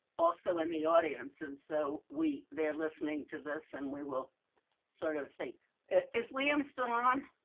also in the audience. and so we there listening to this and we will sort of thing is liam still on.